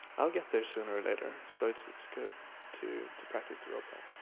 i'll get there sooner or later, so it's it's good to to practice the real thing.